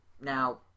Now